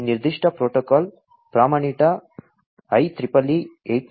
ಆದ್ದರಿಂದ ಈ ನಿರ್ದಿಷ್ಟ ಪ್ರೋಟೋಕಾಲ್ ಪ್ರಮಾಣಿತ IEEE 802